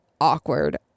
awkward